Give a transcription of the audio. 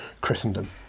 Christendom